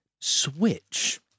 Switch